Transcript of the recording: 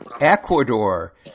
Ecuador